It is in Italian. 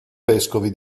vescovi